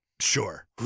sure